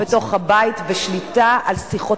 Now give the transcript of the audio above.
אלא גם טרור בתוך הבית, ושליטה על שיחות